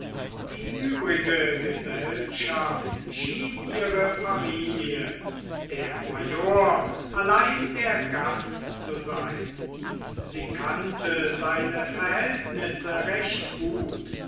die übrige gesellschaft schien ihre familie der major allein der gast zu sein sie kannte seine verhältnisse recht gut